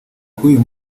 k’uyu